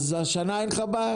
אז השנה אין לך בעיה?